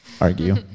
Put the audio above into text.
argue